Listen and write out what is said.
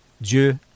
Dieu